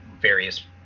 various